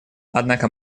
однако